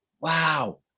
wow